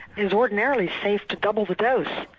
is ordinarily safe to double the dose,